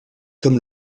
comme